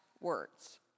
words